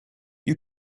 you